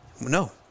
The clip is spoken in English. No